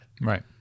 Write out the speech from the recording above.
Right